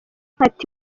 ati